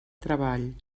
treball